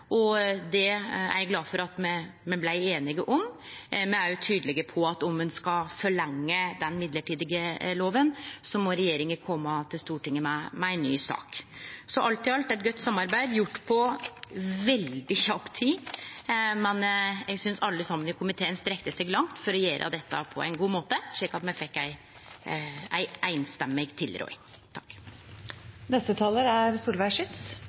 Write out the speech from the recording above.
Det er eg glad for at me blei einige om. Me er også tydelege på at om ein skal forlengje den mellombelse lova, må regjeringa kome til Stortinget med ei ny sak. Alt i alt – eit godt samarbeid, gjort på veldig kort tid, men eg synest alle saman i komiteen strekte seg langt for å gjere dette på ein god måte, slik at me fekk ei samrøystes tilråding. Det er en krevende tid også for domstolene, og formålet med denne midlertidige loven er